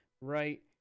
right